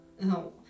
No